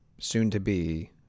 soon-to-be